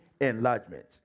enlargement